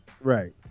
Right